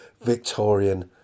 victorian